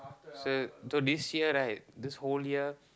so so this year right this whole year